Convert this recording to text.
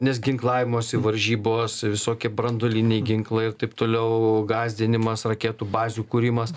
nes ginklavimosi varžybos visokie branduoliniai ginklai ir taip toliau gąsdinimas raketų bazių kūrimas